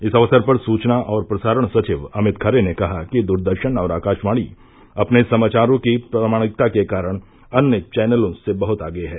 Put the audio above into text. इस अवसर पर सुचना और प्रसारण सचिव अमित खरे ने कहा कि दूरदर्शन और आकाशवाणी अपने समाचारों की प्रामाणिकता के कारण अन्य चौनलों से बहुत आगे है